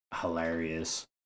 hilarious